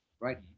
right